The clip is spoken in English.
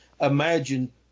imagine